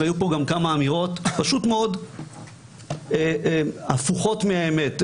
והיו פה גם כמה אמירות שהן פשוט מאוד הפוכות מהאמת,